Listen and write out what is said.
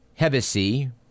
Hevesy